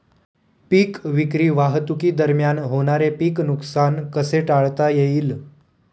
पीक विक्री वाहतुकीदरम्यान होणारे पीक नुकसान कसे टाळता येईल?